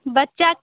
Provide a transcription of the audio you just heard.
बच्चा